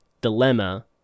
dilemma